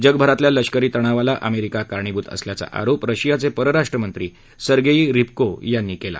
जगभरातल्या लष्करी तणावाला अमेरिका कारणीभूत असल्याचा आरोप रशियाचे परराष्ट्रमंत्री सरगेई रीबकोव्ह यांनी केला